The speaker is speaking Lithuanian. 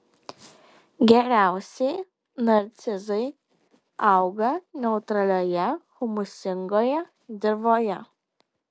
geriausiai narcizai auga neutralioje humusingoje dirvoje